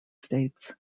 states